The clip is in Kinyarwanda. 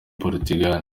portugal